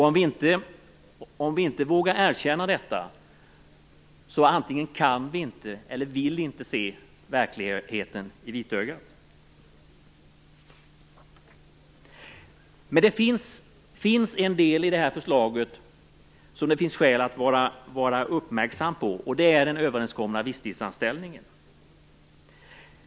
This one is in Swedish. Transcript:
Om vi inte vågar erkänna detta antingen kan vi inte eller vill vi inte se verkligheten i vitögat. Men det finns en del i det här förslaget som det finns skäl att vara uppmärksam på, och det är den överenskomna visstidsanställningen.